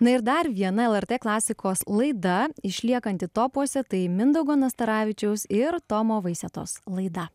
na ir dar viena lrt klasikos laida išliekanti topuose tai mindaugo nastaravičiaus ir tomo vaisetos laida